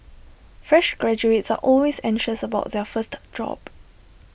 fresh graduates are always anxious about their first job